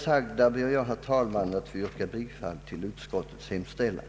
Jag ber att med det sagda få yrka bifall till utskottets hemställan.